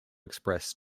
express